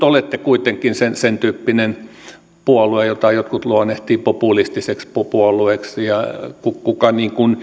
olette kuitenkin sen sen tyyppinen puolue jota jotkut luonnehtivat populistiseksi puolueeksi ja kuka